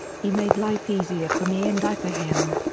he made life easier for me and i for him.